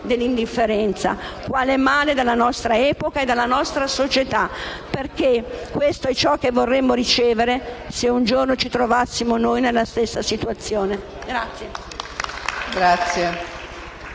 dell'indifferenza quale male della nostra epoca e della nostra società, perché questo è ciò che vorremmo ricevere, se un giorno ci trovassimo noi nella stessa situazione.